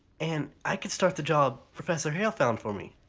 and i could start that job professor hale found for me.